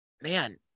man